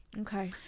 Okay